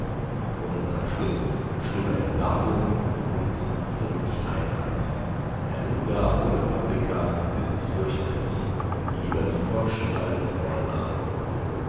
und am schluß stumme entsagung und vernunftheirat ein ungar ohne paprika ist fürchterlich lieber mikosch als